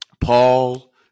Paul